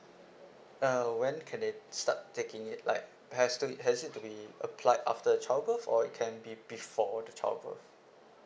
uh when can they start taking it like has to has it to be applied after childbirth or it can be before the childbirth